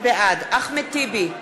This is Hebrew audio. בעד אחמד טיבי,